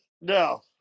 No